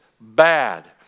bad